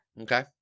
Okay